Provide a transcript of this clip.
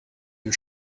you